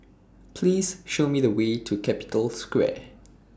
Please Show Me The Way to Capital Square